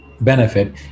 benefit